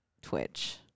Twitch